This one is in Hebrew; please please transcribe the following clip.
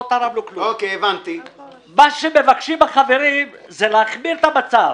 מה שמבקשים החברים זה להחמיר את המצב.